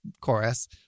chorus